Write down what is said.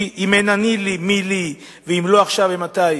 כי אם אין אני לי מי לי, ואם לא עכשיו אימתי?